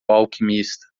alquimista